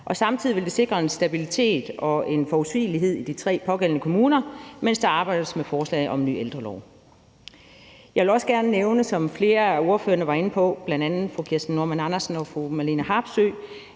samtidig vil det sikre en stabilitet og forudsigelighed i de tre pågældende kommuner, mens der arbejdes med forslaget om en ny ældrelov. Jeg vil også gerne nævne, hvad flere af ordførerne var inde på, bl.a. fru Kirsten Normann Andersen og fru Marlene Harpsøe,